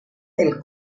del